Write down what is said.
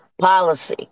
policy